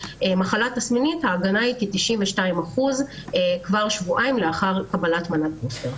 במחלה תסמינית ההגנה היא כ-92% כבר שבועיים לאחר קבלת מנת בוסטר.